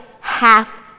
half